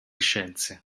scienze